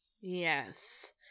Yes